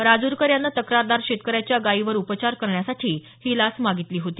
राजूरकर यानं तक्रारदार शेतकऱ्याच्या गायीवर उपचार करण्यासाठी ही लाच मागितली होती